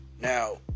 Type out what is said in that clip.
Now